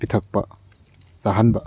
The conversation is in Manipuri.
ꯄꯤꯊꯛꯄ ꯆꯥꯍꯟꯕ